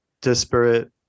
disparate